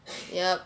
yup